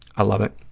i love it,